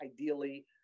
ideally